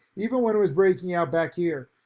even when it was breaking out back here,